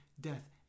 death